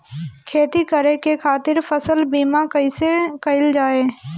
खेती करे के खातीर फसल बीमा कईसे कइल जाए?